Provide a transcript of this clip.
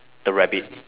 the rabbit